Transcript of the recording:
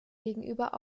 gegenüber